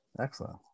excellent